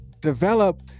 develop